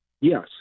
Yes